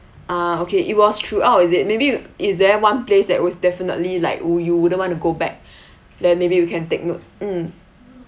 ah okay it was through out is it maybe is there one place that was definitely like would you wouldn't want to go back then maybe we can take note mm